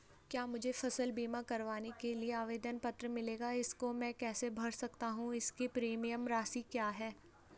क्या मुझे फसल बीमा करवाने के लिए आवेदन पत्र मिलेगा इसको मैं कैसे भर सकता हूँ इसकी प्रीमियम राशि क्या है?